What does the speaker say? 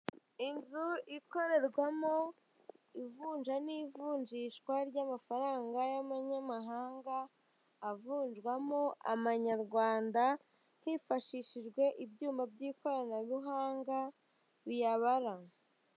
Inzu ikorerwamo ivunja n'ivunjishwa ry'amafaranga y'abanyamahanga avunjwamo amanyarwanda hifashishijwe ibyuma by'ikoranabuhanga biyabara.